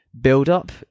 build-up